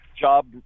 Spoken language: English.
job